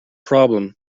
problem